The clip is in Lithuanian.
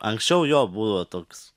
anksčiau jo būdavo toks